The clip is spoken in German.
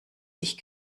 sich